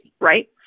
right